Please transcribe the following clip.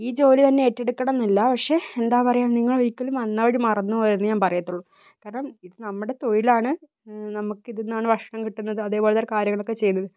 ഈ ജോലി തന്നെ ഏറ്റെടുക്കണം എന്നല്ല പക്ഷേ എന്താ പറയുക നിങ്ങള് ഒരിക്കലും വന്ന വഴി മറന്നുപോകല്ലെന്നേ ഞാൻ പറയത്തൊള്ളൂ കാരണം ഇത് നമ്മളുടെ തൊഴിലാണ് നമുക്ക് ഇതെന്നാണ് ഭക്ഷണം കിട്ടുന്നത് അതേപോലെ കാര്യങ്ങളൊക്കെ ചെയ്യുന്നത്